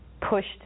pushed